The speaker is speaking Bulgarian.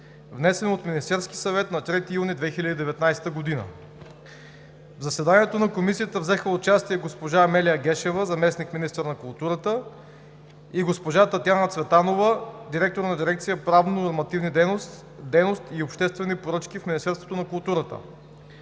внесен от Министерския съвет на 3 юни 2019 г. В заседанието на Комисията взеха участие: госпожа Амелия Гешева – заместник-министър на културата, и госпожа Татяна Цветанова – директор на дирекция „Правнонормативна дейност и обществени поръчки“ в Министерството на културата.